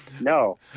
no